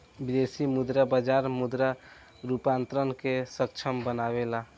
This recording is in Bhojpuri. विदेशी मुद्रा बाजार मुद्रा रूपांतरण के सक्षम बनावेला